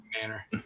manner